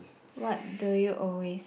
what do you always